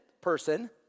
person